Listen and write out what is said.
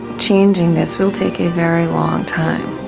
changing this will take a very long time.